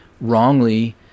wrongly